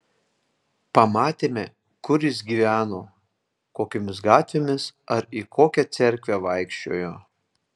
pamatėme kur jis gyveno kokiomis gatvėmis ar į kokią cerkvę vaikščiojo